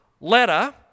letter